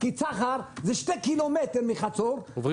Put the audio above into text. כי צחר זה שני קילומטר מחצור -- עוברים את הכביש.